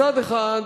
מצד אחד,